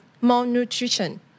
malnutrition